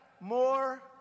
more